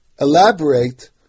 elaborate